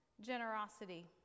generosity